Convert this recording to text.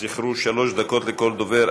זכרו, שלוש דקות לכל דובר.